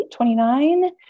29